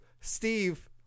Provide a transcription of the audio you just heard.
Steve